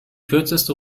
kürzeste